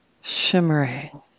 shimmering